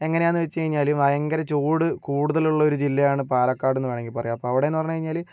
എങ്ങനെയാന്ന് വച്ച് കഴിഞ്ഞാല് ഭയങ്കര ചൂട് കൂടുതലുള്ളൊരു ജില്ലയാണ് പാലക്കാടെന്ന് വേണമെങ്കിൽ പറയാം അപ്പം അവിടേന്ന് പറഞ്ഞ് കഴിഞ്ഞാല്